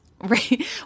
Right